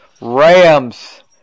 Rams